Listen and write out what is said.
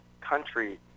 country